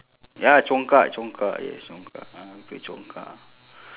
ya congkak congkak yes congkak ah play congkak